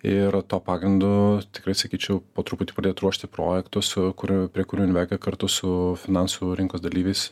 ir to pagrindu tikrai sakyčiau po truputį pradėt ruošti projektus kur prie kurių invega kartu su finansų rinkos dalyviais